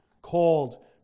called